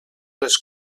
les